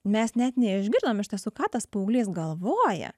mes net neišgirdom iš tiesų ką tas paauglys galvoja